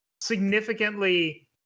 significantly